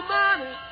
money